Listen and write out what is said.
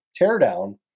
teardown